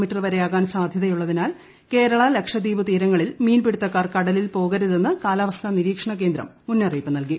me വരെ ആകാൻ സാധ്യതയുള്ളതിനാൽ കേരള ലക്ഷദ്വീപ് തീരങ്ങളിൽ മീൻപിടുത്തക്കാർ കടലിൽ പോകരുതെന്ന് കാലാവസ്ഥാ നിരീക്ഷണ കേന്ദ്രം മുന്നറിയിപ്പ് നൽകി